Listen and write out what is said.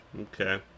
Okay